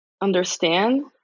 understand